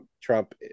Trump